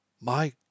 My